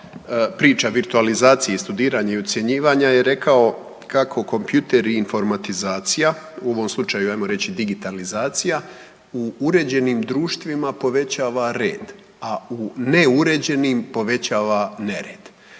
priča virtualizacije i studiranja i ocjenjivanja je rekao kako kompjuteri i informatizacija u ovom slučaju hajmo reći digitalizacija u uređenim društvima povećava red, a u neuređenim povećava nered.